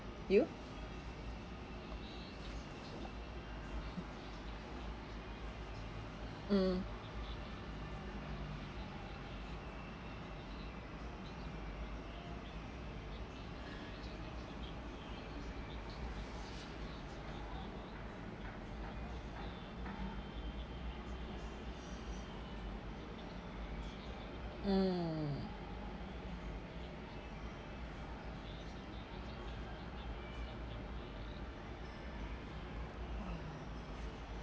you mm mm